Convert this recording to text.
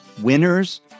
Winners